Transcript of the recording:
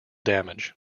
damage